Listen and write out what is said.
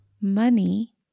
money